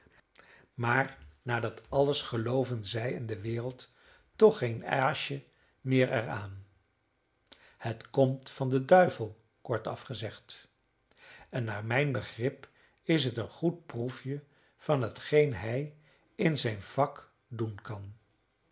maar na dat alles gelooven zij en de wereld toch geen aasje meer er aan het komt van den duivel kortaf gezegd en naar mijn begrip is het een goed proefje van hetgeen hij in zijn vak doen kan